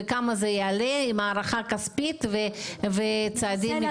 כמה זה יעלה עם הערכה כספית וצעדים מקצועיים.